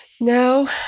no